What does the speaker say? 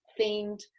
themed